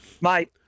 Mate